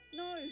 no